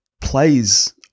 plays